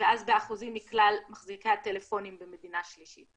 ואז באחוזים מכלל מחזיקי הטלפונים במדינה שלישית.